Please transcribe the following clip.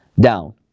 down